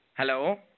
Hello